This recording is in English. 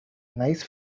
nice